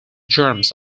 germs